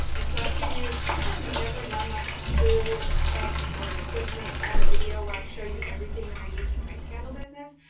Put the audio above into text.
and so i figured have never done like a full tech or equipment kind of video where i show you everything that i use for my candle business.